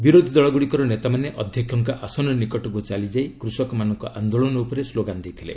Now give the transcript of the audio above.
ବିରୋଧୀ ଦଳ ଗୁଡ଼ିକର ନେତାମାନେ ଅଧ୍ୟକ୍ଷଙ୍କ ଆସନ ନିକଟକୁ ଚାଲିଯାଇ କୃଷକମାନଙ୍କ ଆନ୍ଦୋଳନ ଉପରେ ସ୍କୋଗାନ୍ ଦେଇଥିଲେ